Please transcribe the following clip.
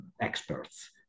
experts